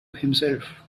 himself